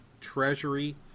Treasury